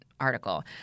article